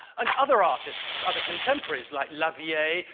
and other artists, other contemporaries like lavielle,